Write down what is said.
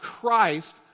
Christ